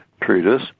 treatise